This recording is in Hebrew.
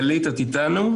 גלית שטיינר.